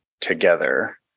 together